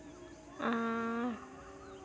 ᱟᱨ